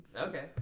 Okay